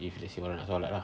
if let's say orang nak solat ah